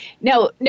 No